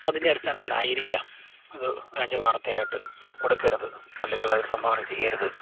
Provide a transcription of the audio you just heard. അതിൻ്റെ അടിസ്ഥാനത്തിലായിരിക്കാം ഇത് വ്യാജ വാർത്തായിട്ട് കൊടുക്കരുത് അല്ലെങ്കിലത് സംഭാവന ചെയ്യരുത്